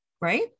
right